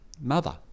mother